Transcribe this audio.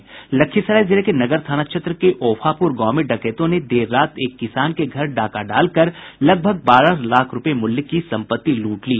लखीसराय जिले के नगर थाना क्षेत्र के ओफापूर गांव में डकैतों ने देर रात एक किसान के घर डाका डालकर लगभग बारह लाख रूपये मूल्य की संपत्ति लूट ली